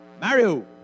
Mario